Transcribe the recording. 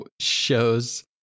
shows